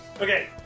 Okay